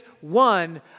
one